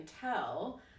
tell